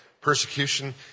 persecution